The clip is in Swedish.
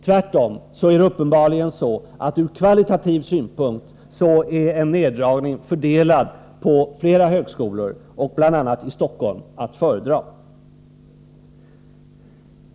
Tvärtom är det uppenbarligen så, att en neddragning som är fördelad på flera högskolor — bl.a. i Stockholm — ur kvalitativ synpunkt är att föredra.